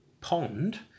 pond